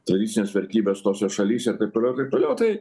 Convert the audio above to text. tradicines vertybes tose šalyse ir taip toliau ir taip toliau tai